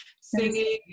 singing